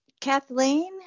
kathleen